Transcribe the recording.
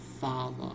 father